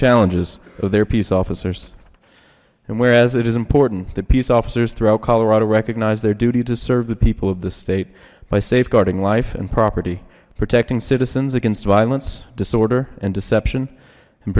challenges of their peace officers and whereas it is important that peace officers throughout colorado recognize their duty to serve the people of this state by safeguarding life and property protecting citizens against violence disorder and deception and